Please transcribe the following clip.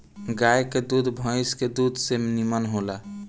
गाय के दूध भइस के दूध से निमन होला